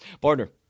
Partner